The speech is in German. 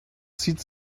zieht